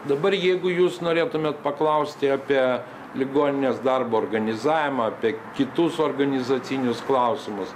dabar jeigu jūs norėtumėt paklausti apie ligoninės darbo organizavimą apie kitus organizacinius klausimus